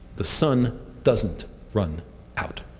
the sun doesn't run out.